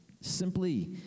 Simply